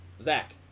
Zach